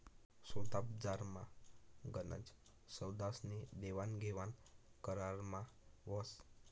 सोदाबजारमा गनच सौदास्नी देवाणघेवाण करारमा व्हस